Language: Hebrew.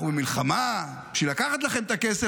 אנחנו במלחמה בשביל לקחת לכם את הכסף.